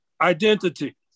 identity